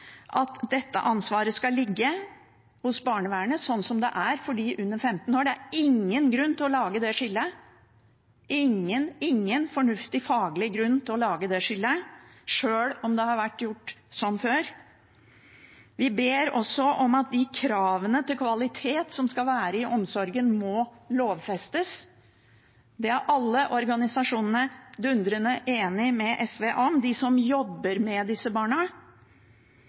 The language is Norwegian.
at dette ansvaret skal ligge hos barnevernet, slik det er for dem under 15 år. Det er ingen grunn til å lage det skillet – ingen, ingen fornuftig faglig grunn til å lage det skillet, sjøl om det har vært gjort slik før. Vi ber også om at de kravene til kvalitet som skal være i omsorgen, må lovfestes. Det er alle organisasjonene som jobber med disse barna, dundrende enig med SV